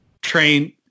train